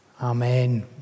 Amen